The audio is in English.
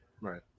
right